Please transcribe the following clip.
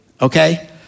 okay